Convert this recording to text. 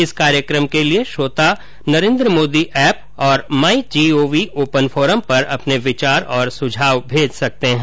इस कार्यक्रम के लिए श्रोता नरेन्द्र मोदी ऐप और माई जीओवी ओपन फोरम पर अपने विचार और सुझाव भेज सकते हैं